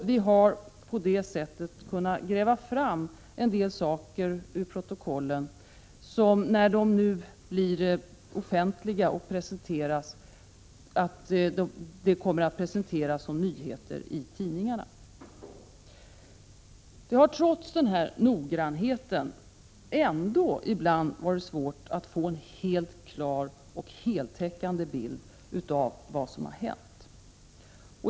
Vi har på det sättet kunnat gräva fram en del saker ur protokollen som, när de nu blir offentliga, presenteras som stora nyheter i tidningarna. Det har trots denna noggrannhet ibland varit svårt att få en helt klar och heltäckande bild av vad som har hänt.